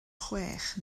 chwech